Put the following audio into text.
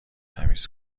تمیز